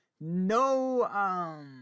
No